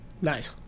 Nice